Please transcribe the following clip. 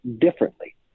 differently